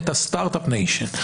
את הסטרטאפ ניישן.